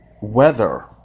weather